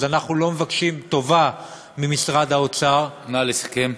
אז אנחנו לא מבקשים טובה ממשרד האוצר, נא לסכם.